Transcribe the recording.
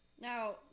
Now